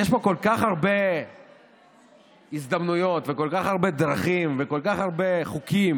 יש פה כל כך הרבה הזדמנויות וכל כך הרבה דרכים וכל כך הרבה חוקים